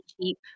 cheap